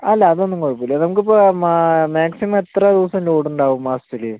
അല്ല അതൊന്നും കുഴപ്പമില്ല നമുക്ക് ഇപ്പം മാക്സിമം എത്ര ദിവസം ലോഡ് ഉണ്ടാവും മാസത്തിൽ